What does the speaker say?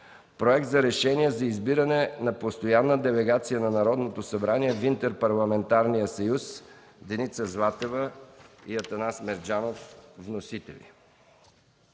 Проект за решение за избиране на постоянна делегация на Народното събрание в Интерпарламентарния съюз. Вносители – Деница Златева и Атанас Мерджанов. В